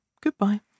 Goodbye